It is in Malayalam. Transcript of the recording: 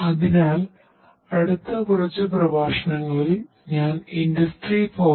അതിനാൽ അടുത്ത കുറച്ച് പ്രഭാഷണങ്ങളിൽ ഞാൻ ഇൻഡസ്ട്രി 4